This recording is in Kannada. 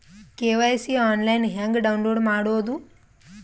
ಕೆ.ವೈ.ಸಿ ಆನ್ಲೈನ್ ಹೆಂಗ್ ಡೌನ್ಲೋಡ್ ಮಾಡೋದು?